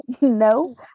No